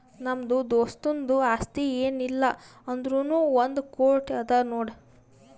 ನಮ್ದು ದೋಸ್ತುಂದು ಆಸ್ತಿ ಏನ್ ಇಲ್ಲ ಅಂದುರ್ನೂ ಒಂದ್ ಕೋಟಿ ಅದಾ ನೋಡ್